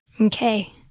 Okay